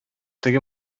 теге